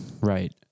Right